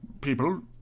people